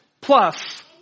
plus